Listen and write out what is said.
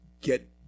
get